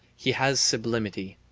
he has sublimity.